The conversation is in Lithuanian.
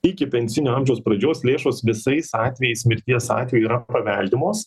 iki pensijinio amžiaus pradžios lėšos visais atvejais mirties atveju yra paveldimos